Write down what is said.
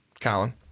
Colin